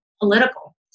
political